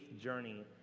journey